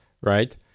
right